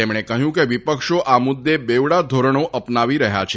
તેમણે કહ્યું કે વિપક્ષો આ મુદ્દે બેવડા ધોરણો અપનાવી રહ્યા છે